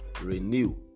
renew